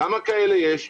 כמה כאלה יש?